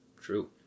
True